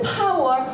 power